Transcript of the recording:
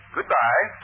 Goodbye